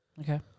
Okay